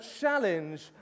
challenge